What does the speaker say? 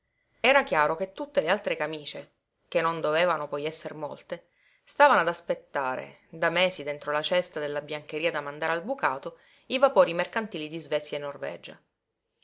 era chiaro che tutte le altre camíce che non dovevano poi esser molte stavano ad aspettare da mesi dentro la cesta della biancheria da mandare al bucato i vapori mercantili di svezia e norvegia